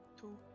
two